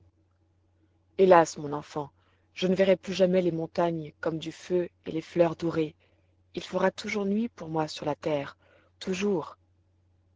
hélas mon enfant je ne verrai plus jamais les montagnes comme du feu et les fleurs dorées il fera toujours nuit pour moi sur la terre toujours